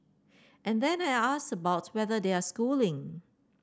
and then I asked about whether they are schooling